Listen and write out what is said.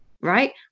right